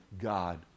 God